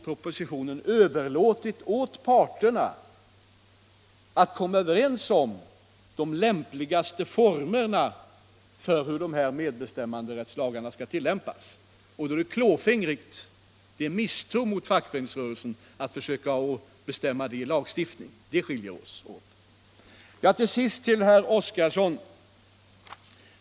Propositionen har överlåtit åt parterna att komma överens om de lämpligaste formerna för hur dessa medbestämmanderättslagar skall tillämpas. Då är det klåfingrigt och det är en misstro mot fackföreningsrörelsen att försöka bestämma det här genom lagstiftning — det är detta som skiljer oss åt. Till sist vill jag rikta mig till herr Oskarson.